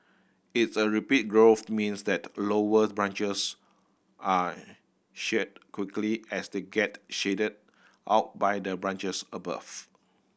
its a rapid growth means that lower branches are shed quickly as they get shaded out by the branches above